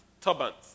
turbans